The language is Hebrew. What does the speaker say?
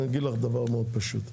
אני אגיד לך דבר מאוד פשוט,